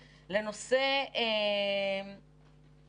כי למציאות עוד יש לנו שאלות קיימת הזאת אי אפשר לתת